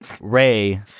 Ray